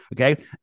Okay